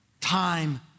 Time